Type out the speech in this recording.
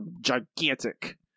gigantic